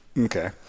Okay